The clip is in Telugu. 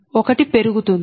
1 పెరుగుతుంది